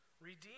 Redeem